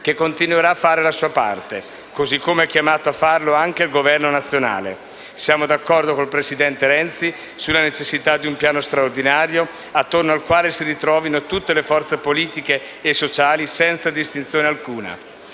che continuerà a fare la sua parte, così come è chiamato a farla anche il Governo nazionale. Siamo d'accordo con il presidente Renzi sulla necessità di un piano straordinario attorno al quale si ritrovino tutte le forze politiche e sociali, senza distinzione alcuna.